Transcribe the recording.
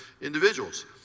individuals